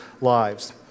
lives